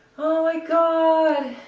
oh my god